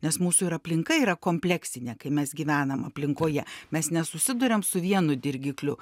nes mūsų ir aplinka yra kompleksinė kai mes gyvenam aplinkoje mes nesusiduriam su vienu dirgikliu